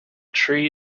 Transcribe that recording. tree